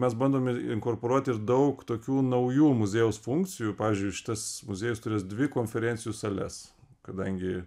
mes bandom ir inkorporuoti ir daug tokių naujų muziejaus funkcijų pavyzdžiui šitas muziejus turės dvi konferencijų sales kadangi